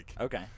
Okay